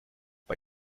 bei